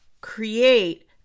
create